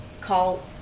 call